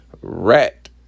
Rat